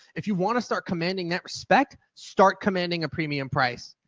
if you want to start commanding respect, start commanding a premium price.